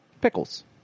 pickles